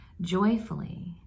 joyfully